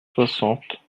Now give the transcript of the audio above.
soixante